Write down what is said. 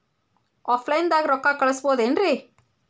Offline ದಾಗ ರೊಕ್ಕ ಕಳಸಬಹುದೇನ್ರಿ?